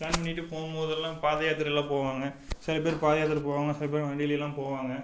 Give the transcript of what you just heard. plan பண்ணிகிட்டு போகும்போதெல்லாம் பாதை யாத்திரைலாம் போவாங்கள் சில பேர் பாதை யாத்திரை போவாங்கள் சில பேர் வண்டிலேலாம் போவாங்கள்